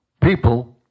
People